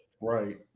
Right